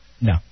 No